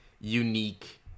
unique